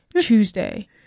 Tuesday